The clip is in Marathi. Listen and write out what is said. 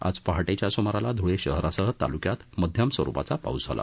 आज पहाटेच्या स्मारास ध्वळे शहरासह ताल्क्यात मध्यम स्वरुपाचा पाऊस झाला